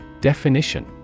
Definition